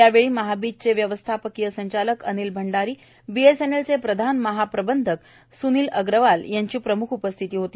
यावेळी महाबीजचे व्यवस्थापकीय संचालक अनिल भंडारी बीएसएनएलचे प्रधान महाप्रबंधक स्निल अग्रवाल यांची प्रम्ख उपस्थिती होती